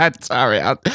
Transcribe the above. sorry